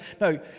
no